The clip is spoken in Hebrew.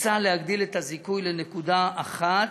הוצע להגדיל את הזיכוי לנקודה אחת.